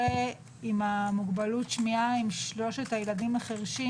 עם מוגבלות השמיעה עם שלושת הילדים החירשים,